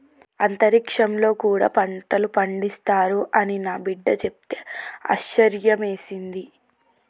అంతరిక్షంలో కూడా పంటలు పండిస్తారు అని నా బిడ్డ చెప్తే ఆశ్యర్యమేసింది